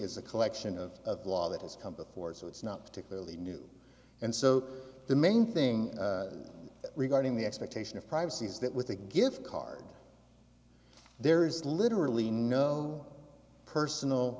is a collection of law that has come before so it's not particularly new and so the main thing regarding the expectation of privacy is that with the gift card there is literally no personal